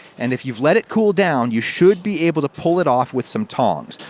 and if you've let it cool down, you should be able to pull it off with some tongs.